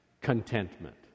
contentment